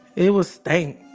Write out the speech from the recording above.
it was stink.